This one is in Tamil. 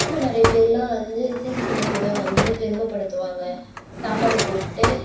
இன்னும் நிறையப்பேர்லாம் வந்து சீர் செனத்தியோடு வந்து பெருமைப்படுத்துவாங்க சாப்பாடு போட்டு